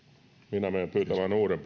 minä menen pyytämään uuden